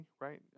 right